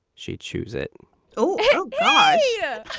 she chews it oh gosh! yeah